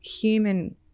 Human